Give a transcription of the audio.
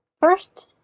FIRST